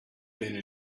been